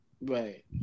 Right